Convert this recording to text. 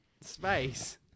space